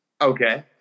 okay